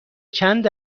چند